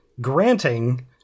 granting